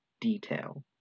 detail